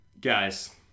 Guys